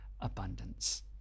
abundance